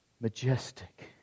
majestic